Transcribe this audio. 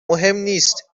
نیست